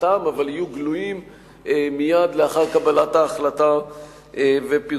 בשעתם אבל יהיו גלויים מייד לאחר קבלת ההחלטה ופרסומה.